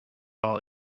all